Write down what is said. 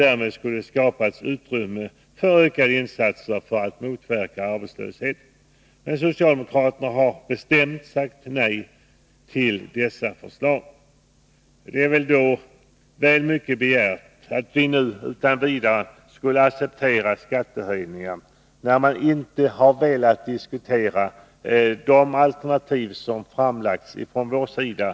Därmed skulle skapas utrymme för ökade insatser för att motverka arbetslösheten. Men socialdemokraterna har sagt bestämt nej till dessa förslag. Det är då väl mycket begärt att vi nu utan vidare skulle acceptera skattehöjningar, när man inte ens har velat diskutera de alternativ som framlagts från vår sida.